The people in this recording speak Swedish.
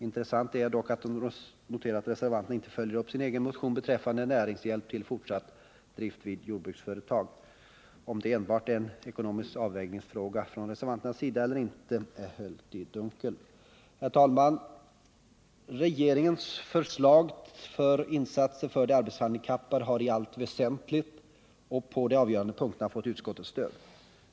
Intressant är dock att notera, att reservanterna inte följer upp sin egen motion beträffande näringshjälp till fortsatt drift av jordbruksföretag. Om det beror på att reservanterna ser detta som en ekonomisk avvägningsfråga eller inte är höljt i dunkel. Herr talman! Regeringens förslag för insatser för de arbetshandikappade har i allt väsentligt och på de avgörande punkterna fått utskottets stöd.